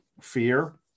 fear